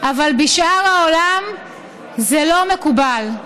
בשאר העולם זה לא מקובל.